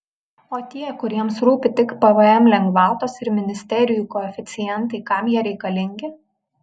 o tie kuriems rūpi tik pvm lengvatos ir ministerijų koeficientai kam jie reikalingi